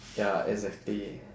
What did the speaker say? ya exactly